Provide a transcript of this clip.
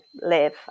live